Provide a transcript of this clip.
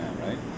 right